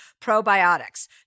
probiotics